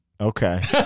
okay